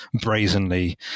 brazenly